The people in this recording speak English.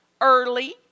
early